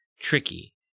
tricky